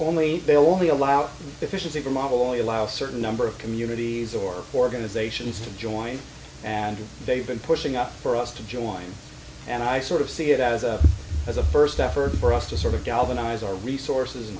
only they'll only allow efficiency to model only allow certain number of communities or organizations to join and they've been pushing up for us to join and i sort of see it as a as a first effort for us to sort of galvanize our resources and